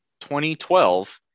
2012